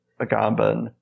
Agamben